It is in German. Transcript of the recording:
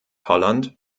holland